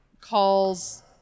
calls